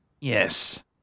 Yes